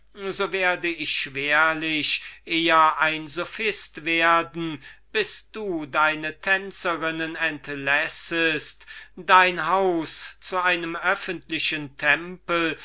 so werde ich schwerlich eher ein sophist werden bis du deine tänzerinnen entlässest dein haus zu einem öffentlichen tempel